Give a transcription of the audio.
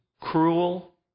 cruel